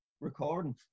recording